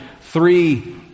three